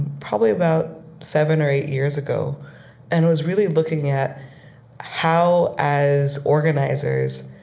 probably about seven or eight years ago and was really looking at how, as organizers,